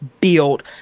build